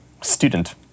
student